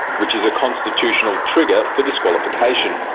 which is a constitutional trigger for disqualification.